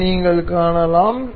இதை நீங்கள் காணலாம்